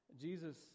Jesus